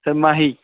سر ماہی